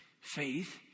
faith